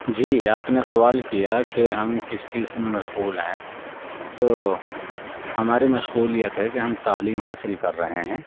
جی آپ نے سوال کیا کہ ہم کس چیز میں مشغول ہیں تو ہماری مشغولیت ہے کہ ہم تعلیم حاصل کر رہے ہیں